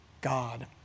God